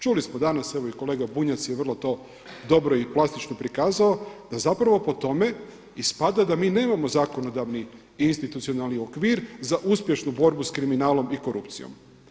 Čuli smo danas evo i kolega Bunjac je vrlo to dobro i plastično prikazao da zapravo po tome ispada da mi nemamo zakonodavni i institucionalni okvir za uspješnu borbu s kriminalom i korupcijom.